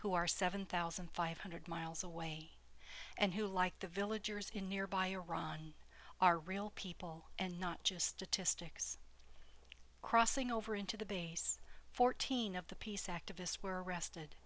who are seven thousand five hundred miles away and who like the villagers in nearby iran are real people and not just to sticks crossing over into the base fourteen of the peace activists were arrested